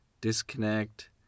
Disconnect